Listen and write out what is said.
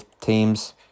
teams